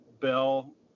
Bell